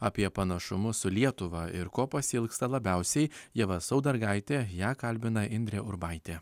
apie panašumus su lietuva ir ko pasiilgsta labiausiai ieva saudargaitė ją kalbina indrė urbaitė